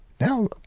Now